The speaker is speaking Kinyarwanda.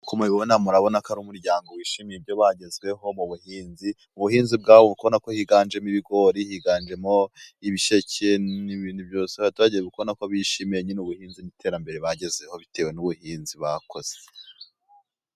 Uko mubibona murabona ko ari umuryango wishimiye ibyo bagezeho mu buhinzi. Mu buhinzi bwabo murikubona ko higanjemo ibigori, higanjemo ibisheke n'ibindi byose. Abaturage murikubona ko bishimiye nyine ubuhinzi n'iterambere bagezeho, bitewe n'ubuhinzi bakoze.